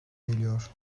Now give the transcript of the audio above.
geliyor